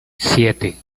siete